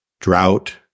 drought